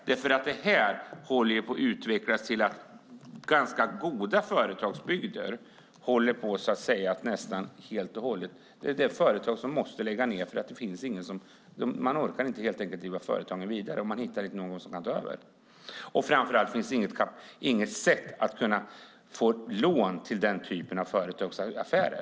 Det här håller på att utvecklas till att företag måste läggas ned i ganska goda företagsbygder därför att man inte orkar driva företagen vidare och inte hittar någon som vill ta över. Framför allt finns det inget sätt att få lån till den typen av företagsaffärer.